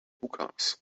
hookahs